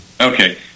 Okay